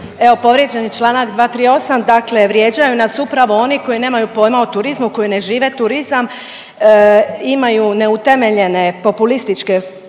Evo povrijeđen je čl. 238., dakle vrijeđaju nas upravo oni koji nemaju pojma o turizmu, koji ne žive turizam, imaju neutemeljene populističke floskule